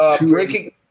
breaking